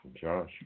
Josh